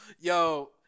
Yo